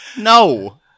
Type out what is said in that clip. no